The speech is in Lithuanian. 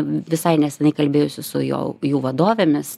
visai neseniai kalbėjausi su jo jų vadovėmis